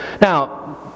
Now